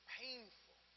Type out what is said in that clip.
painful